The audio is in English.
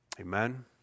Amen